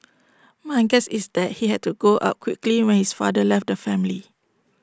my guess is that he had to grow up quickly when his father left the family